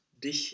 dich